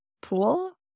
pool